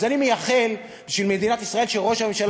אז אני מייחל בשביל מדינת ישראל שראש הממשלה